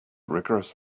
rigorous